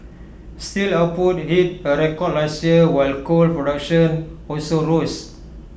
steel output hit A record last year while coal production also rose